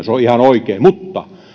se on ihan oikein mutta